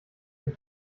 dem